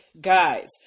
guys